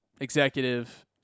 executive